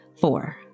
Four